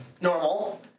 normal